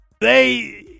they-